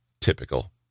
Typical